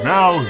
Now